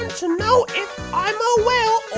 and to know if i'm a whale